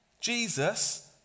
Jesus